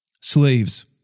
Slaves